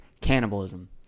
cannibalism